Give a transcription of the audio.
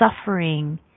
suffering